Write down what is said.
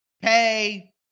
pay